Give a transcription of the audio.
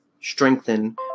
strengthen